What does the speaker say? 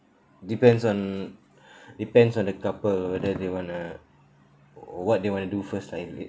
depends on depends on the couple whether they wanna what they wanna do first lah if it